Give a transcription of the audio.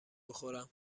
بخورم